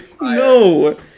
No